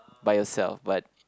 by yourself but